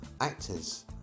actors